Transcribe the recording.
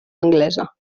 anglesa